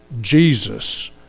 Jesus